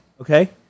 Okay